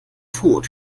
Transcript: tod